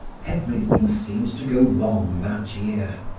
everything seemed to go wrong that year.